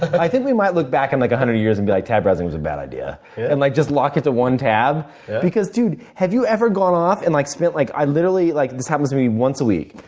i think we might look back in and like one hundred years and be like tab browsing was a bad idea, and like just lock it to one tab because dude, have you ever gone off and like spent like i literally like this happens to me once a week.